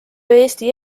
eesti